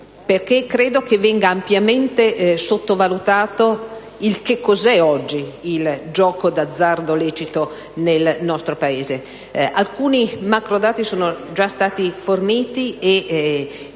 che venga ampiamente sottovalutato che cosa è oggi il gioco d'azzardo lecito nel nostro Paese. Alcuni macrodati sono stati già forniti e sia